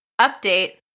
Update